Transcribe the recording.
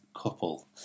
couple